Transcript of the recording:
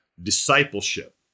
discipleship